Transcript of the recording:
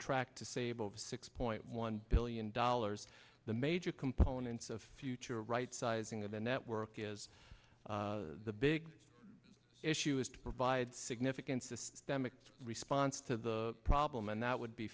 track to sable six point one billion dollars the major components of future right sizing of the network is the big issue is to provide significant systemic response to the problem and that would be